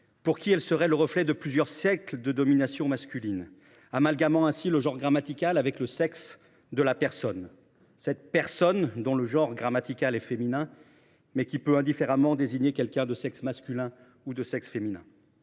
eux, elle serait le reflet de plusieurs siècles de domination masculine, amalgamant ainsi le genre grammatical avec le sexe de la personne – cette « personne » dont le genre grammatical est féminin, mais qui peut indifféremment désigner quelqu’un de sexe masculin ou féminin.